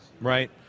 right